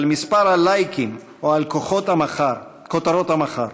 על מספר הלייקים או על כותרות המחר,